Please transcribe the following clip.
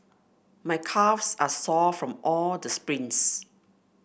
my calves are sore from all the sprints